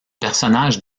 personnage